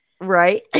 right